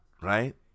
right